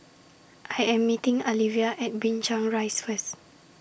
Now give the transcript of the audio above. I Am meeting Alivia At Binchang Rise First